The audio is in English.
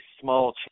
small